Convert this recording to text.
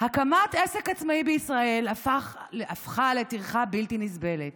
"הקמת עסק עצמאי בישראל הפכה לטרחה בלתי נסבלת.